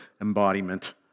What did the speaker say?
embodiment